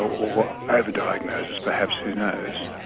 or over-diagnosis perhaps, who knows.